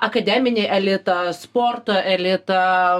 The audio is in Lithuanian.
akademinį elitą sporto elitą